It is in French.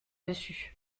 dessus